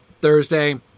Thursday